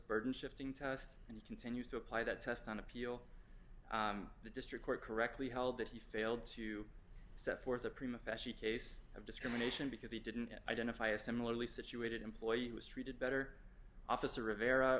burton shifting test and he continues to apply that sest on appeal the district court correctly held that he failed to set forth a prima facie case of discrimination because he didn't identify a similarly situated employee who was treated better officer rivera